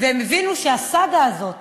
והם הבינו שהסאגה הזאת